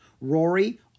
Rory